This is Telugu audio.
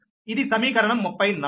ఇది సమీకరణం 34